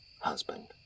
husband